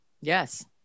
Yes